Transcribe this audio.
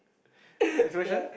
yeah